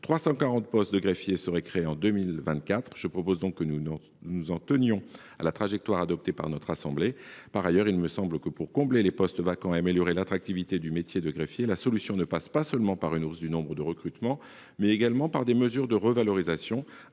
340 postes de greffiers seront créés en 2024. Tenons nous en donc à la trajectoire adoptée par la Haute Assemblée. Par ailleurs, pour pourvoir les postes vacants et améliorer l’attractivité du métier de greffier, la solution passe non pas seulement par une hausse du nombre de recrutements, mais également par des mesures de revalorisation.